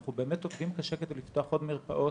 אנחנו באמת עובדים קשה כדי לפתוח עוד מרפאות,